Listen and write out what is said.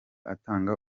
atanga